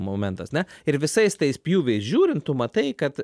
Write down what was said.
momentas ne ir visais tais pjūviais žiūrint tu matai kad